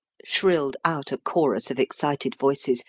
shrilled out a chorus of excited voices,